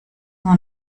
nur